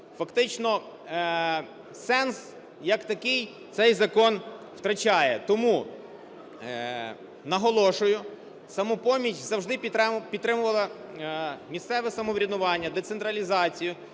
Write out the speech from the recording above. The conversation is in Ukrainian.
Фактично сенс як такий цей закон втрачає. Тому наголошую: "Самопоміч" завжди підтримувала місцеве самоврядування, децентралізацію.